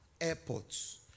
airports